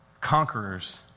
Conquerors